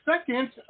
second